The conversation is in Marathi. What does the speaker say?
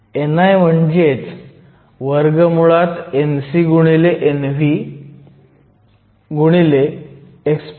ni म्हणजे NcNvexp Eg2kT